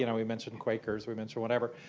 you know we mentioned quakers. we mentioned whatever.